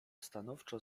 stanowczo